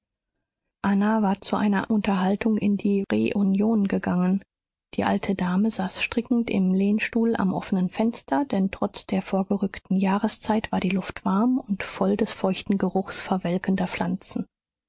anna war zu einer unterhaltung in die reunion gegangen die alte dame saß strickend im lehnstuhl am offenen fenster denn trotz der vorgerückten jahreszeit war die luft warm und voll des feuchten geruchs verwelkender pflanzen